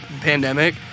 pandemic